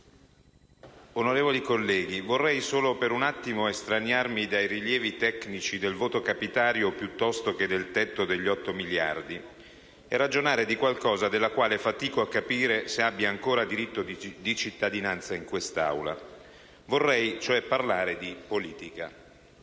Onorevoli colleghi, vorrei solo per un attimo estraniarmi dai rilievi tecnici del voto capitario piuttosto che del tetto degli otto miliardi e ragionare di qualcosa della quale fatico a capire se abbia ancora diritto di cittadinanza in quest'Aula. Vorrei, cioè, parlare di politica;